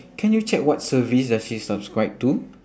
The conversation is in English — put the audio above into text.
can you check what service does she subscribe to